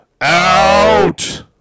out